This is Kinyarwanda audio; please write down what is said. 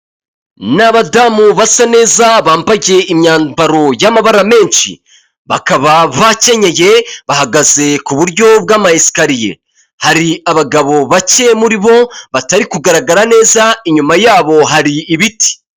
Ni abadamu basa neza bambaye imyambaro y'amabara menshi bakaba bakenyecye bahagaze ku buryo bw'amaskariye hari abagabo bake muri bo batari kugaragara neza inyuma yabo hari ibiti.